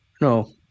no